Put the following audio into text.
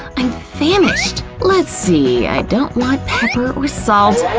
i'm famished! let's see, i don't want pepper or salt,